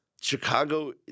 Chicago